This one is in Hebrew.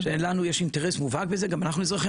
לנו יש אינטרס מובהק בזה גם אנחנו אזרחי